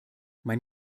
mein